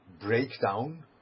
breakdown